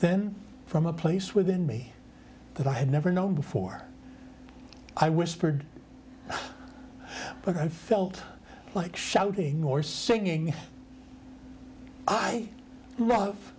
then from a place within me that i had never known before i whispered but i felt like shouting or singing i love